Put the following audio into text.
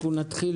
נתחיל